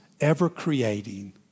ever-creating